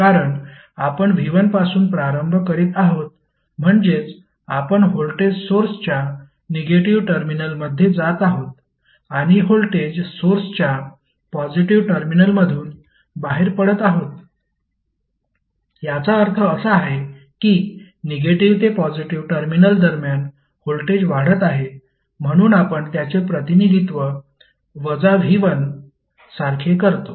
कारण आपण v1 पासून प्रारंभ करीत आहोत म्हणजेच आपण व्होल्टेज सोर्स च्या निगेटिव्ह टर्मिनलमध्ये जात आहोत आणि व्होल्टेज सोर्सच्या पॉजिटीव्ह टर्मिनलमधून बाहेर पडत आहोत याचा अर्थ असा आहे की निगेटिव्ह ते पॉजिटीव्ह टर्मिनल दरम्यान व्होल्टेज वाढत आहे म्हणून आपण त्याचे प्रतिनिधित्व वजा v1 सारखे करतो